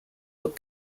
were